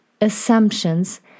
assumptions